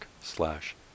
slash